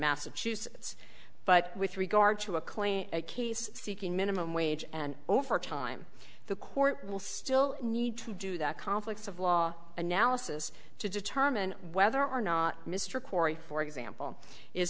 massachusetts but with regard to a clean case seeking minimum wage and over time the court will still need to do that conflicts of law analysis to determine whether or not mr corey for example is